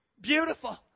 beautiful